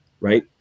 right